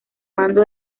mando